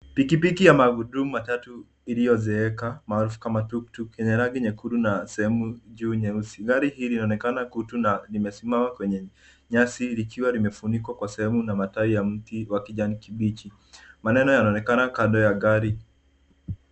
Pikipiki ya magurudumu matatu iliyozeeka maarufu kama tuktuk yeye rangi nyekundu na sehemu juu nyeusi. Gari hili linaonekana na limesimama kwenye nyasi likiwa limefunikwa kwa sehemu na matawi ya mti wa kijani kibichi. Maneno yanaonekana kando ya gari.